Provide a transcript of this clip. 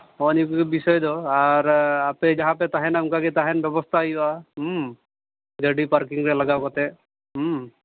ᱦᱚᱸᱜᱼᱚ ᱱᱤᱭᱟᱹ ᱠᱚᱜᱮ ᱵᱤᱥᱚᱭ ᱫᱚ ᱟᱨ ᱟᱯᱮ ᱡᱟᱦᱟᱸ ᱯᱮ ᱛᱟᱦᱮᱱᱟ ᱚᱱᱠᱟ ᱜᱮ ᱛᱟᱦᱮᱱ ᱵᱮᱵᱚᱥᱛᱟᱭ ᱦᱩᱭᱩᱜᱼᱟ ᱜᱟᱹᱰᱤ ᱯᱟᱨᱠᱤᱝ ᱨᱮ ᱞᱟᱜᱟᱣ ᱠᱟᱛᱮ